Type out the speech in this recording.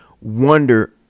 wonder